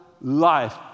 life